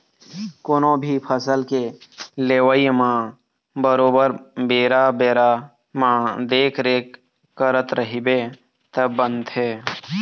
कोनो भी फसल के लेवई म बरोबर बेरा बेरा म देखरेख करत रहिबे तब बनथे